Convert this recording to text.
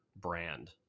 brand